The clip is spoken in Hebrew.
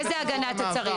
איזו הגנה אתה צריך?